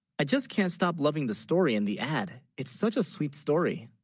i just can't stop loving the story in the ad it's such a sweet story